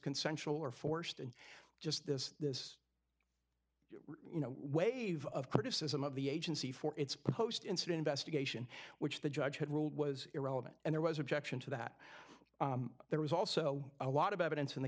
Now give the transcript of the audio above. consensual or forced and just this this you know wave of criticism of the agency for its post incident best occasion which the judge had ruled was irrelevant and there was objection to that there was also a lot of evidence in the